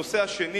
הנושא השני